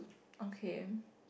okay